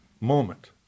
moment